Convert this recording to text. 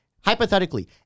hypothetically